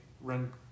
run